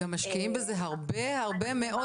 גם משקיעים בזה הרבה מאות